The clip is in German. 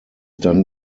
dann